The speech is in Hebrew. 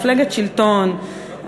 מפלגת שלטון,